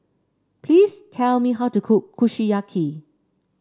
please tell me how to cook Kushiyaki